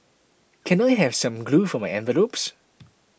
can I have some glue for my envelopes